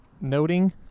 noting